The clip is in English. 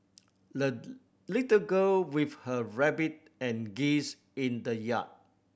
the little girl with her rabbit and geese in the yard